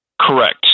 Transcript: Correct